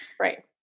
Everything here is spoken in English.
right